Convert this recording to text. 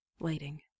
waiting